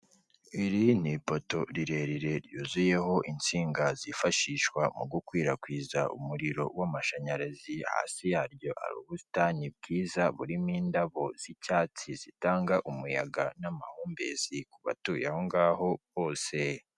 Iri ni ipoto rirerire ryuzuyeho insinga zifashishwa mu gukwirakwiza umuriro w'amashanyarazi, hasi yaryo hari ubusitani bwiza burimo indabo z'icyatsi zitanga umuyaga n'amahumbezi ku batuye aho ngaho bose.